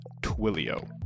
Twilio